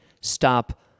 stop